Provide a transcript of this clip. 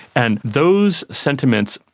and those sentiments,